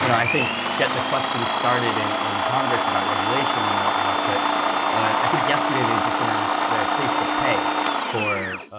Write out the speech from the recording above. you know i think get the questions started in in congress about regulation and whatnot. but i think yesterday they just announced their facebook pay for,